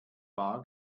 bar